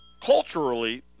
Culturally